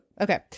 Okay